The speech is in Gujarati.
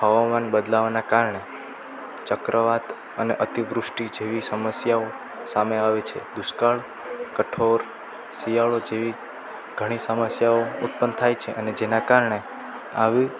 હવામાન બદલાવાનાં કારણે ચક્રવાત અને અતિવૃષ્ટિ જેવી સમસ્યાઓ સામે આવે છે દુષ્કાળ કઠોર શિયાળો જેવી ઘણી સમસ્યાઓ ઉત્પન્ન થાય છે અને જેનાં કારણે આવી